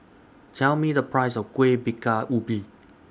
Tell Me The Price of Kueh Bingka Ubi